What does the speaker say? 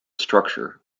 structure